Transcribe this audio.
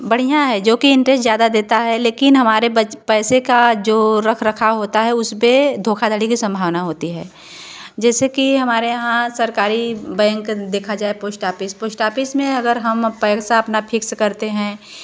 बढ़िया हैं जो की इंटरेस्ट ज़्यादा देता है लेकिन हमारे पैसे का जो रख रखाव होता है उसपे धोखाधड़ी की सम्भावना होती है जैसे की हमारे यहाँ सरकारी बैंक देखा जाए पोस्ट ऑफिस पोस्ट ऑफिस में अगर हम पैसा अपना फ़िक्स करते हैं